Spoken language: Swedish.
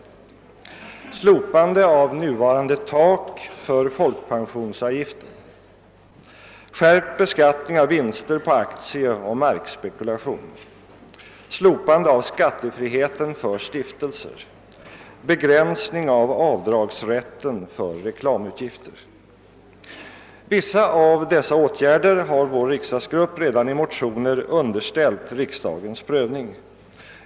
Slopande av nuvarande tak för folkpensionsavgiften. Skärpt beskattning av vinster på aktieoch markspekulation. Slopande av skattefriheten för stiftelser. Begränsning av avdragsrätten för reklamutgifter. Vissa av dessa åtgärder har vår riksdagsgrupp redan i motioner underställt riksdagens prövning.